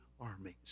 armies